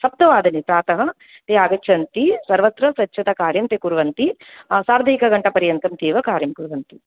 सप्तवादने प्रातः ते आगच्छन्ति सर्वत्र स्वच्छताकार्यं ते कुर्वन्ति सार्द एकघण्टापर्यन्तं ते एव कार्यं कुर्वन्ति